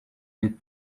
with